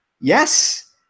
Yes